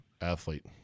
athlete